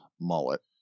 mullet